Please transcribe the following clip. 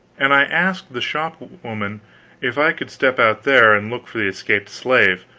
and i asked the shopwoman if i could step out there and look for the escaped slave,